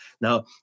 Now